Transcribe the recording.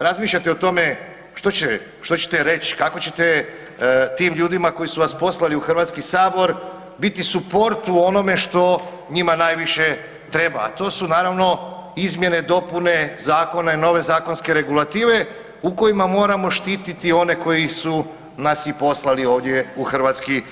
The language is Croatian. razmišljate o tome što ćete reći, kako ćete tim ljudima koji su vas poslali u HS-u biti suport u onome što njima najviše treba, a to su naravno, izmjene, dopune zakona, nove zakonske regulative u kojima moramo štititi one koji su nas i poslali ovdje u HS.